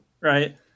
right